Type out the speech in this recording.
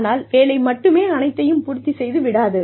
ஆனால் வேலை மட்டுமே அனைத்தையும் பூர்த்தி செய்தி விடாது